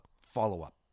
follow-up